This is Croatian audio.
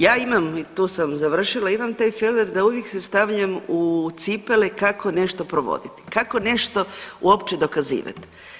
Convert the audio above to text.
Ja imam i tu sam završila, ja imam taj feler da uvijek se stavljam u cipele kako nešto provoditi, kako nešto uopće dokazivat.